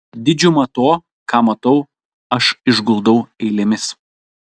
didžiumą to ką matau aš išguldau eilėmis